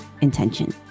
intention